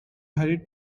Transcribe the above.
hurried